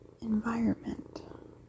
Environment